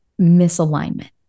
misalignment